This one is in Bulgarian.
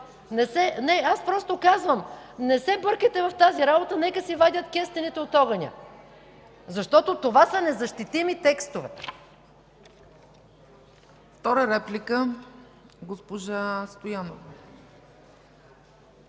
Не, аз просто казвам. Не се бъркайте в тази работа, нека си вадят кестените от огъня, защото това са незащитими текстове.